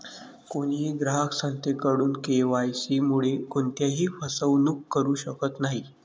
कोणीही ग्राहक संस्थेकडून के.वाय.सी मुळे कोणत्याही फसवणूक करू शकत नाही